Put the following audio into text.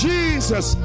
Jesus